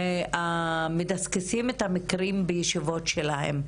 מדסקסים את המקרים בישיבות שלהם.